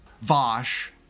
Vosh